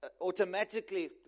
automatically